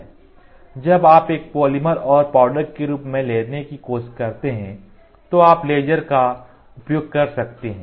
जब आप एक पॉलीमर और एक पाउडर के रूप में लेने की कोशिश करते हैं तो आप लेजर का उपयोग कर सकते हैं